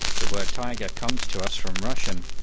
the word taiga comes to us from russian,